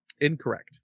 Incorrect